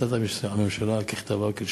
בהחלטת הממשלה ככתבה וכלשונה.